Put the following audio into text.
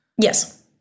Yes